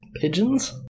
Pigeons